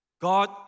God